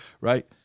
right